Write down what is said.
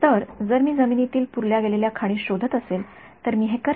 तर जर मी जमिनीतील पुरल्या गेलेल्या खाणी शोधत असेल तर मी हे करेन